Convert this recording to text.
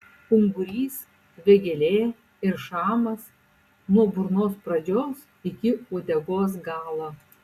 ungurys vėgėlė ir šamas nuo burnos pradžios iki uodegos galo